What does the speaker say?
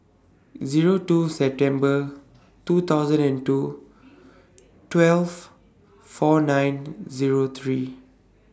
Zero two September two thousand and two twelve four nine Zero three